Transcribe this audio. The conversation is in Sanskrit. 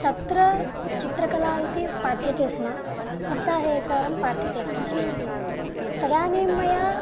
तत्र चित्रकला इति पाठ्यते स्म सप्ताहे एकवारं पाठ्यते स्म तदानीं मया